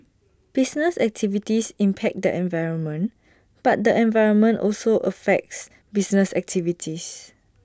business activities impact the environment but the environment also affects business activities